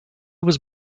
was